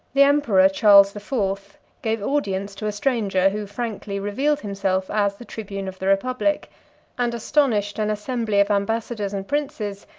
the emperor charles the fourth gave audience to a stranger, who frankly revealed himself as the tribune of the republic and astonished an assembly of ambassadors and princes,